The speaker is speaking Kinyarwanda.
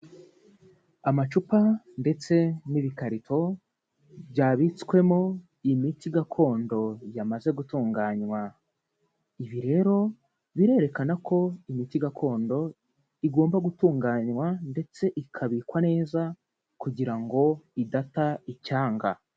Amacupa ndetse n'ibikarito byabitswemo imiti gakondo yamaze gutunganywa. Ibi rero birerekana ko imiti gakondo igomba gutunganywa ndetse ikabikwa neza kugira ngo idata icyanga.